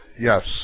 Yes